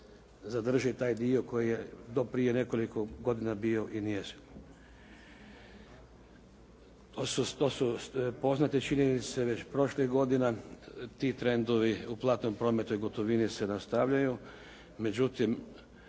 zadrži taj dio koji je do prije nekoliko godina bio njezin. To su poznate činjenice već prošlih godina. Ti trendovi u platnom prometu i gotovini se nastavljaju, međutim